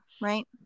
right